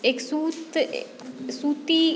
एक सूत सूती